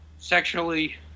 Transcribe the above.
sexually